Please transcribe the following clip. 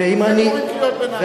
לא קוראים קריאות ביניים.